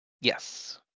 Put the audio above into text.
yes